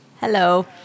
hello